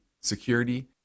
security